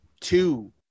two